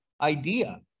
idea